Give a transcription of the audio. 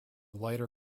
lighter